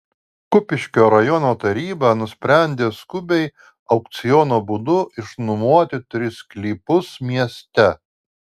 kupiškio rajono taryba nusprendė skubiai aukciono būdu išnuomoti tris sklypus mieste